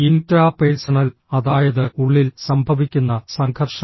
intra personal അതായത് ഉള്ളിൽ സംഭവിക്കുന്ന സംഘർഷങ്ങൾ